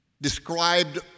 described